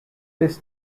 this